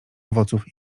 owoców